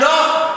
לא.